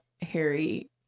harry